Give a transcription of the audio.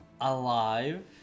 alive